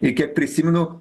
ir kiek prisimenu